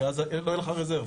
כי אז לא יהיה לך רזרבה,